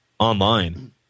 online